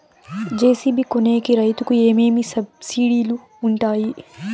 JCB కొనేకి రైతుకు ఏమేమి సబ్సిడి లు వుంటాయి?